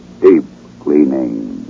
Deep-cleaning